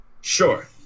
Sure